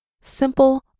simple